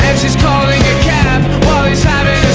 she's calling a cab while he's having